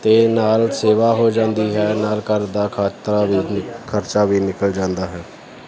ਅਤੇ ਨਾਲ ਸੇਵਾ ਹੋ ਜਾਂਦੀ ਹੈ ਨਾਲ ਘਰ ਦਾ ਖਾਤਰਾ ਵੀ ਖਰਚਾ ਵੀ ਨਿਕਲ ਜਾਂਦਾ ਹੈ